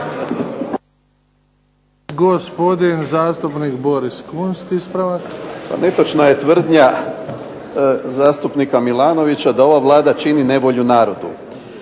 Gospodin zastupnik Boris Kunst, ispravak. **Kunst, Boris (HDZ)** Netočna je tvrdnja zastupnika Milanovića da ova Vlada čini nevolju narodu.